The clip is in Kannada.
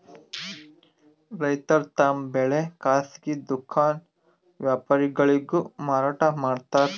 ರೈತರ್ ತಮ್ ಬೆಳಿ ಖಾಸಗಿ ದುಖಾನ್ ವ್ಯಾಪಾರಿಗೊಳಿಗ್ ಮಾರಾಟ್ ಮಾಡ್ತಾರ್